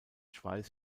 schweiß